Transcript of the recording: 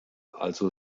also